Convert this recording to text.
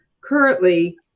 currently